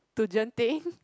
to Genting